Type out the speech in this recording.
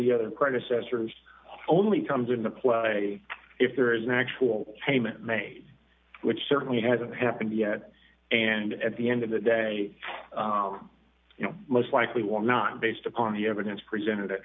the other predecessors only comes into play if there is an actual payment made which certainly hasn't happened yet and at the end of the day you know most likely will not based upon the evidence presented a